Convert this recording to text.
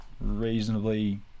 reasonably